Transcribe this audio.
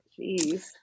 Jeez